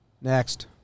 Next